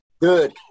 Good